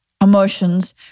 emotions